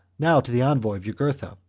now to the envoy of jugurtha,